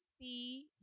see